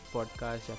Podcast